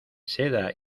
seda